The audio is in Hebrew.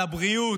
לבריאות,